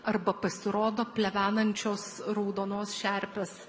arba pasirodo plevenančios raudonos šerpės